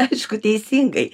aišku teisingai